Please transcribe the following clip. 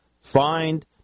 find